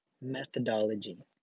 methodology